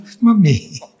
mommy